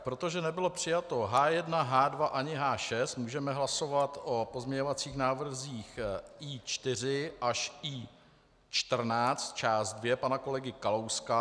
Protože nebylo přijato H1, H2 ani H6, můžeme hlasovat o pozměňovacích návrzích I4 až I14, část 2, pana kolegy Kalouska.